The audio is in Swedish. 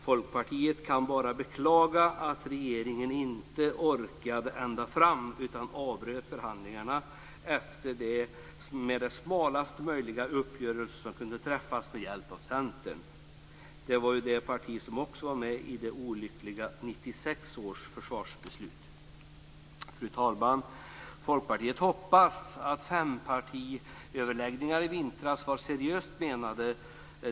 Folkpartiet kan bara beklaga att regeringen inte orkade ända fram utan avbröt förhandlingarna efter det att smalast möjliga uppgörelse träffats med hjälp av Centern. Det är det parti som också var med i det olyckliga 1996 års försvarsbeslut. Fru talman! Folkpartiet hoppas att fempartiöverläggningarna i vintras var seriöst menade.